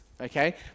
okay